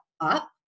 up